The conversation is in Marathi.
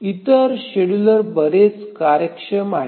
इतर शेड्युलर बरेच कार्यक्षम आहेत